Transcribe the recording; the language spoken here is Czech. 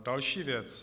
Další věc.